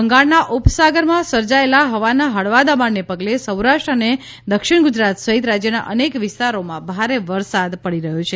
બંગાળના ઉપસાગરમાં સર્જાયેલા હવાના હળવા દબાણને પગલે સૌરાષ્ટ્ર અને દક્ષિણ ગુજરાત સહીત રાજ્યના અનેક વિસ્તારોમાં ભારે વરસાદ પડી રહ્યો છે